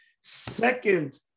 Second